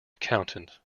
accountant